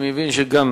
אני מבין שגם